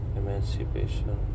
emancipation